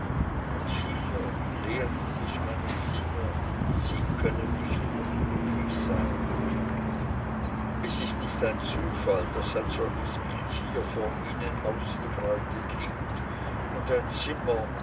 und hier lehren mich meine sinne sie können nicht unglücklich sein es ist nicht ein zufall daß ein solches bild hier vor ihnen ausgebreitet liegt und ein zimmer